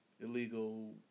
illegal